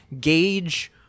gauge